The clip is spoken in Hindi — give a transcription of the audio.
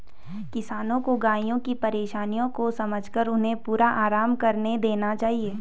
किसानों को गायों की परेशानियों को समझकर उन्हें पूरा आराम करने देना चाहिए